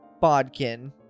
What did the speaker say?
Bodkin